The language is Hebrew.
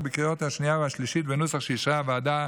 בקריאה השנייה והשלישית בנוסח שאישרה הוועדה